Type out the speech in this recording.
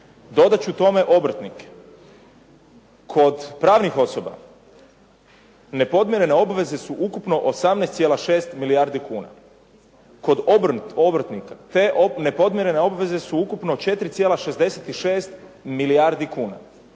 Dodat ću tome obrtnike. Kod pravnih obveza nepodmirene su obveze 18,6 milijardi kuna. Kod obrtnika te nepodmirene obveze su ukupno 4,66 milijardi kuna.